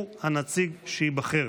הוא הנציג שייבחר.